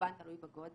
כמובן שזה תלוי בגודל